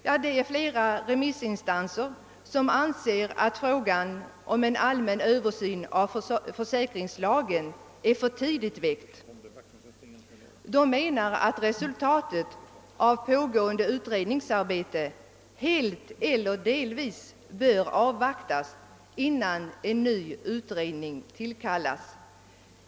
Ja, flera av dem anser att frågan om en allmän översyn av försäkringslagen är för tidigt väckt. De menar att resultatet av pågående utredningsarbete helt el ler delvis bör avvaktas innan en ny utredning tillkallas.